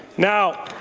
now,